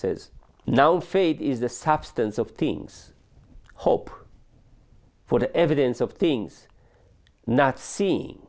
says now faith is the substance of things hope for the evidence of things not seeing